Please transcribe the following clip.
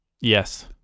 yes